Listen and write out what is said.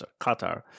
Qatar